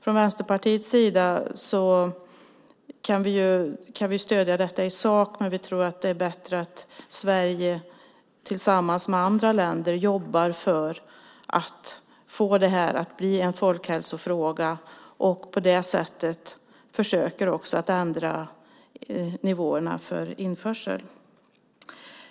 Från Vänsterpartiets sida kan vi stödja detta i sak, men vi tror att det är bättre att Sverige tillsammans med andra länder jobbar för att få det här att bli en folkhälsofråga och på det sättet försöker ändra nivåerna för införsel.